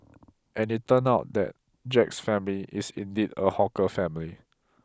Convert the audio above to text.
and it turned out that Jack's family is indeed a hawker family